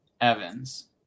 Evans